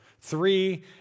Three